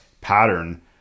pattern